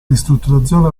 ristrutturazione